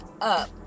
up